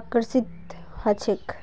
आकर्षित ह छेक